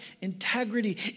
integrity